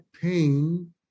pain